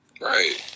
Right